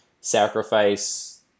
sacrifice